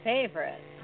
Favorite